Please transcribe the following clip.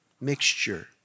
mixture